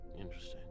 Interesting